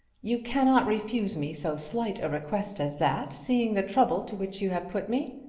you cannot refuse me so slight a request as that, seeing the trouble to which you have put me.